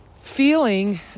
feeling